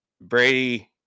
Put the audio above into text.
Brady